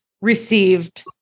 received